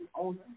owner